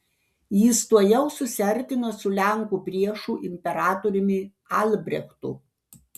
jis tuojau susiartino su lenkų priešu imperatoriumi albrechtu